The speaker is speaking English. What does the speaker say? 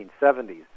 1970s